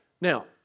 Now